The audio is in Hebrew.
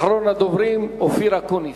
ואחריו, אחרון הדוברים, חבר הכנסת אופיר אקוניס.